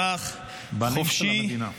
הבעלים של המדינה.